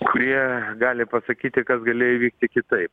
kurie gali pasakyti kas galėjo įvykti kitaip